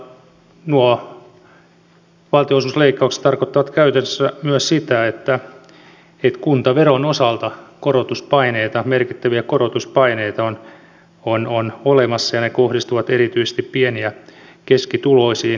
mutta nuo valtionosuusleikkaukset tarkoittavat käytännössä myös sitä että kuntaveron osalta korotuspaineita merkittäviä korotuspaineita on olemassa ja ne kohdistuvat erityisesti pieni ja keskituloisiin